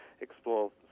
explore